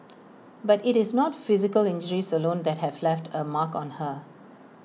but IT is not physical injuries alone that have left A mark on her